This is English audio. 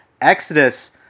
Exodus